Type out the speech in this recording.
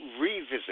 revisit